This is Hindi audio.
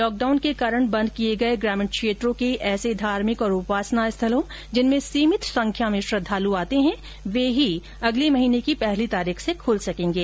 लॉकडाउन को कारण बंद किए गए ग्रामीण क्षेत्रों के ऐसे धार्मिक और उपासना स्थलों जिनमें सीमित संख्या में श्रद्वालू आते हैं वे अगले महीने की पहली तारीख से खूल सकेंगे